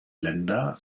länder